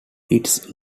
its